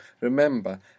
Remember